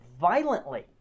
violently